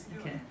Okay